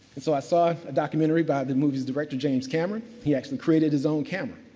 and so, i saw a documentary by the movie's director, james cameron, he actually created his own camera.